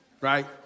right